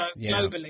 globally